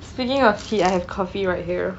speaking of tea I have coffee right here